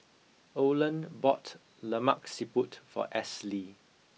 Olen bought lemak siput for Esley